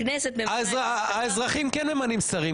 הכנסת ממנה שרים.